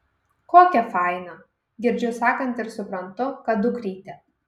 kokia faina girdžiu sakant ir suprantu kad dukrytė